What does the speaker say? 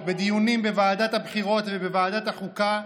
בדיונים בוועדת הבחירות ובוועדת החוקה,